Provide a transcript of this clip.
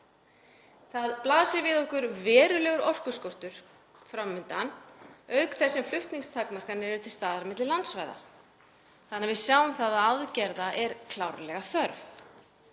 Það blasir við okkur að verulegur orkuskortur er fram undan auk þess sem flutningstakmarkanir eru til staðar á milli landsvæða þannig að við sjáum það að aðgerða er klárlega þörf.